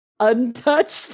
Untouched